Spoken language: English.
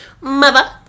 Mother